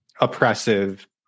oppressive